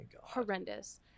horrendous